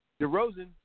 DeRozan